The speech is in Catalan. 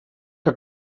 que